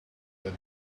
that